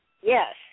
Yes